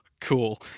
cool